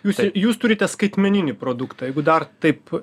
jūs jūs turite skaitmeninį produktą jeigu dar taip